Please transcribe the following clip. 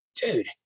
dude